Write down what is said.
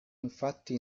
infatti